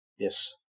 Yes